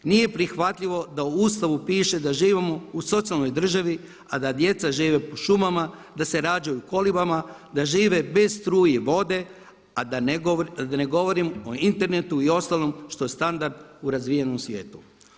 Nije prihvatljivo da u Ustavu piše da živimo u socijalnoj državi, a da djece žive po šumama, da se rađaju u kolibama, da žive bez struje i vode, a da ne govorim o internetu i ostalom što je standard u razvijenom svijetu.